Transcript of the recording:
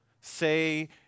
Say